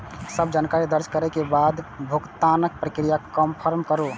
सब जानकारी दर्ज करै के बाद भुगतानक प्रक्रिया कें कंफर्म करू